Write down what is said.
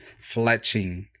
Fletching